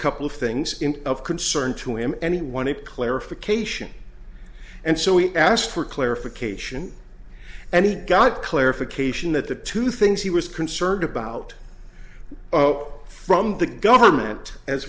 couple of things of concern to him and he wanted clarification and so we asked for clarification and got clarification that the two things he was concerned about oh from the government as